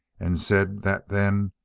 and said that then,